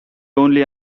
only